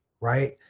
right